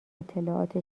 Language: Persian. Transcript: اطلاعات